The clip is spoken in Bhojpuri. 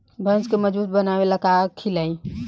भैंस के मजबूत बनावे ला का खिलाई?